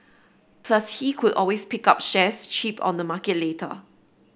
plus he could always pick up shares cheap on the market later